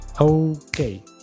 Okay